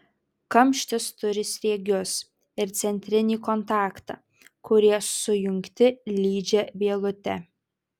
kamštis turi sriegius ir centrinį kontaktą kurie sujungti lydžia vielute